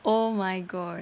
oh my god